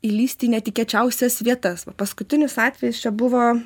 įlįsti į netikėčiausias vietas va paskutinis atvejis čia buvo